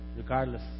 Regardless